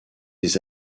des